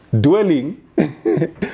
dwelling